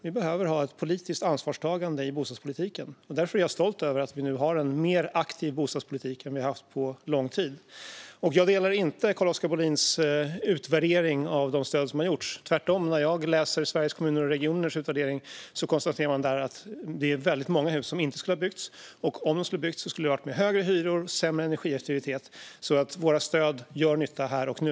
Vi behöver ha ett politiskt ansvarstagande i bostadspolitiken. Därför är jag stolt över att vi nu har en mer aktiv bostadspolitik än vi haft på länge. Jag håller inte med om Carl-Oskar Bohlins utvärdering av de stöd som har funnits. Tvärtom - när jag läser Sveriges Kommuner och Regioners utvärdering ser jag att man konstaterar att det är väldigt många hus som inte skulle ha byggts, och om de hade byggts hade hyrorna varit högre och energieffektiviteten sämre. Våra stöd gör nytta här och nu.